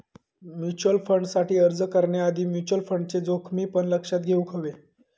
mutual फंडसाठी अर्ज करण्याआधी म्युचल फंडचे जोखमी पण लक्षात घेउक हवे